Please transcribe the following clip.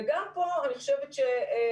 וגם פה אני חושבת שברשותך,